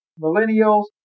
millennials